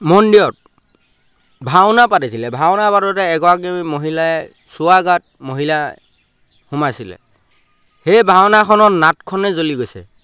মন্দিৰত ভাওনা পাতিছিলে ভাওনা পাতোঁতে এগৰাকী মহিলাই চুৱা গাত মহিলা সোমাইছিলে সেই ভাওনাখনৰ নাটখনেই জ্বলি গৈছে